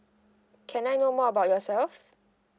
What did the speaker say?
can I know more about yourself